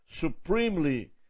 supremely